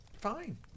Fine